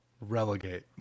relegate